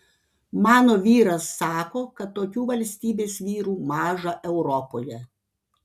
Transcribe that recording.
mano vyras sako kad tokių valstybės vyrų maža europoje